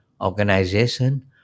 organization